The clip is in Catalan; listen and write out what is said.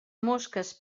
mosques